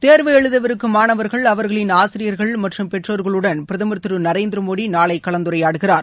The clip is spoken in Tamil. தேர்வு எழுதவிருக்கும் மாணவர்கள் அவர்களின் ஆசிரியர்கள் மற்றும் பெற்றோர்களுடன் பிரதமர் திரு நரேந்திர மோடி நாளை கலந்துரையாடுகிறார்